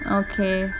okay